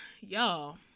y'all